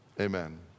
Amen